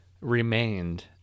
remained